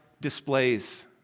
displays